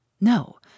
No